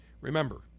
Remember